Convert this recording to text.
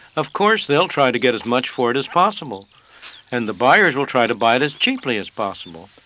of course, they will try to get as much for it as possible and the buyers will try to buy it as cheaply as possible.